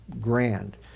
grand